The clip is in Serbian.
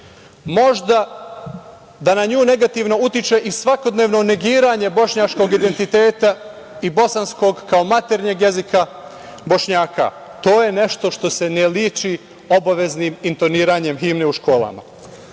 možda da na nju negativno utiče i svakodnevno negiranje bošnjačkog identiteta i bosanskog kao maternjeg jezika Bošnjaka? To je nešto što se ne liči obaveznim intoniranjem himne u školama. Da